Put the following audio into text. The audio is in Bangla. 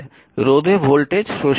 রোধে ভোল্টেজ শোষিত হয়